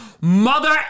mother